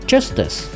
Justice